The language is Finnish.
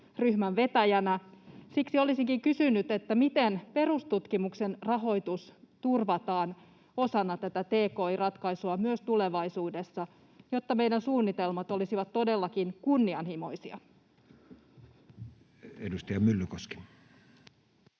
Siksi olisinkin kysynyt, miten perustutkimuksen rahoitus turvataan osana tätä tki-ratkaisua myös tulevaisuudessa, jotta meidän suunnitelmamme olisivat todellakin kunnianhimoisia. [Speech 65]